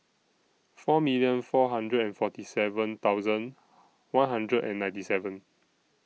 four million four hundred and forty seven thousand one hundred and ninety seven